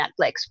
netflix